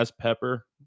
pepper